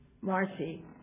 Marcy